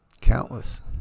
Countless